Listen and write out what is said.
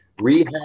rehab